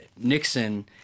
Nixon